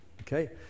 Okay